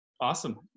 Awesome